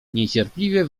niecierpliwie